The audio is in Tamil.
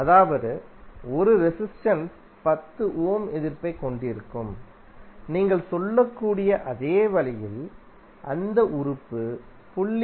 அதாவது 1 ரெசிஸ்டென்ஸ் 10 ஓம் எதிர்ப்பைக் கொண்டிருந்தால் நீங்கள் சொல்லக்கூடிய அதே வழியில் அந்த உறுப்பு 0